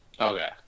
Okay